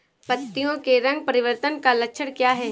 पत्तियों के रंग परिवर्तन का लक्षण क्या है?